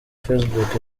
facebook